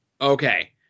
Okay